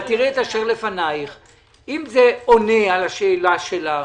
אם זה עונה על השאלה שלך